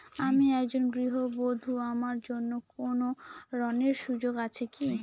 আমি একজন গৃহবধূ আমার জন্য কোন ঋণের সুযোগ আছে কি?